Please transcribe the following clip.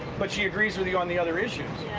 but she agrees with you on the other issues.